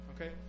Okay